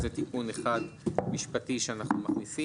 זה תיקון אחד משפטי שאנחנו מכניסים.